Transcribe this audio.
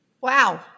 Wow